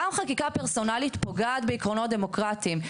גם חקיקה פרסונלית פוגעת בעקרונות דמוקרטיים.